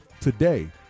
today